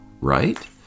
right